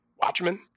Watchmen